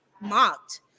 mocked